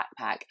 backpack